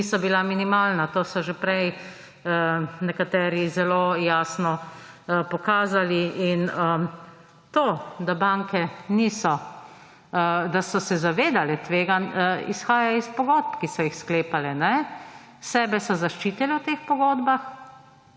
niso bila minimalna, to so že prej nekateri zelo jasno pokazali. To, da so se banke zavedale tveganj, izhaja iz pogodb, ki so jih sklepale. Sebe so zaščitile v teh pogodbah,